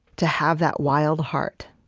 to have that wild heart